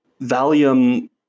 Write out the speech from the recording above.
Valium